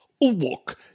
Look